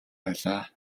байлаа